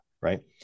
right